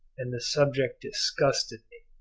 and the subject disgusted me.